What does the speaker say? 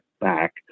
back